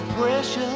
precious